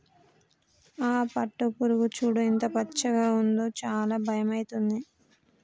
ఆ పట్టుపురుగు చూడు ఎంత పచ్చగా ఉందో చాలా భయమైతుంది